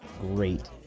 great